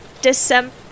December